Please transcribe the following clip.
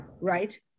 right